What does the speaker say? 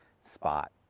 spot